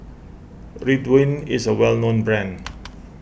Ridwind is a well known brand